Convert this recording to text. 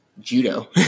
judo